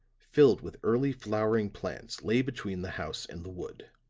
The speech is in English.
filled with early flowering plants lay between the house and the wood